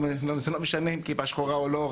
זה לא משנה עם כיפה שחורה או לא.